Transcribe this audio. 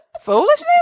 Foolishness